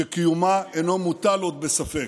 שקיומה אינו מוטל עוד בספק.